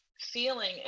feeling